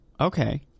okay